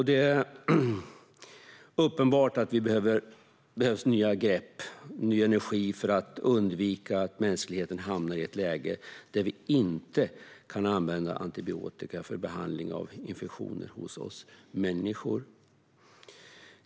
Det är uppenbart att det behövs nya grepp och ny energi för att undvika att mänskligheten hamnar i ett läge där vi inte kan använda antibiotika för behandling av infektioner hos människor.